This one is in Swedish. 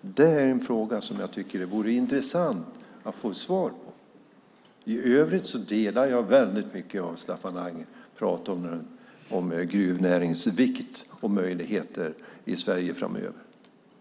Det är en fråga som jag tycker att det vore intressant att få svar på. I övrigt delar jag väldigt mycket av det som Staffan Anger sade om gruvnäringens vikt och möjligheter i Sverige framöver.